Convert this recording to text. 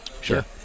Sure